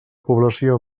població